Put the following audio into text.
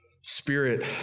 Spirit